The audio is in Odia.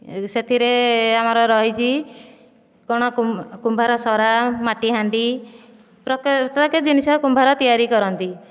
ସେଥିରେ ଆମର ରହିଛି କ'ଣ କୁମ୍ଭାର ସରା ମାଟି ହାଣ୍ଡି ପ୍ରତ୍ୟେକ ଜିନିଷ କୁମ୍ଭାର ତିଆରି କରନ୍ତି